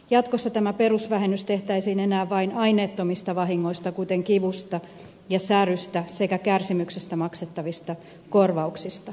jatkossa tämä perusvähennys tehtäisiin enää vain aineettomista vahingoista kuten kivusta ja särystä sekä kärsimyksestä maksettavista korvauksista